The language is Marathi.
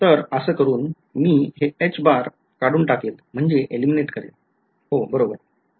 तर असं करून मी हे काढून टाकले हो बरोबर